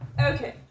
Okay